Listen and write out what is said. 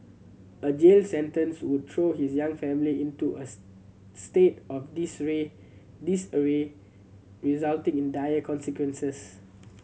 a jail sentence would throw his young family into a state of disarray resulting in dire consequences